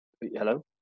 Hello